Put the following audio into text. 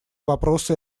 вопросы